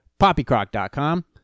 Poppycrock.com